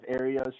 areas